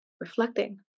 reflecting